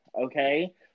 okay